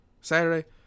Saturday